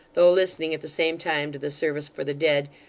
though listening at the same time to the service for the dead,